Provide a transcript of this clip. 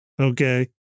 Okay